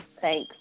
Thanks